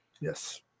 Yes